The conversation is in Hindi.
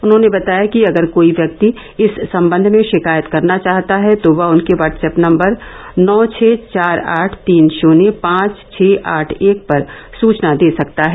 उन्होंने बताया कि अगर कोई व्यक्ति इस सम्बन्ध में शिकायत करना चाहता है तो वह उनके वाट्सऐप नम्बर नौ छ चार आठ तीन शुन्य पांच छ आठ एक पर सूचना दे सकता है